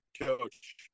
coach